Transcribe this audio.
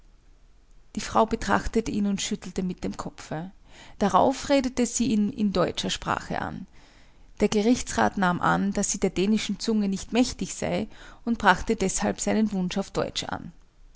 die frau betrachtete ihn und schüttelte mit dem kopfe darauf redete sie ihn in deutscher sprache an der gerichtsrat nahm an daß sie der dänischen zunge nicht mächtig sei und brachte deshalb seinen wunsch auf deutsch an